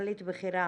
סמנכ"לית בכירה,